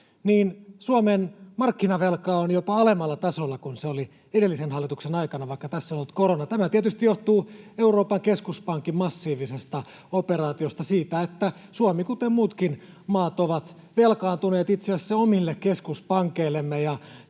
niin Suomen markkinavelka on jopa alemmalla tasolla kuin se oli edellisen hallituksen aikana, vaikka tässä on ollut korona. Tämä tietysti johtuu Euroopan keskuspankin massiivisesta operaatiosta, siitä, että Suomi on velkaantunut, kuten muutkin maat ovat velkaantuneet itse asiassa omille keskuspankeillemme,